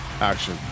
action